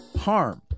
harm